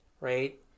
right